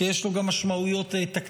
כי יש לו גם משמעויות תקציביות,